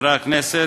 חברי הכנסת,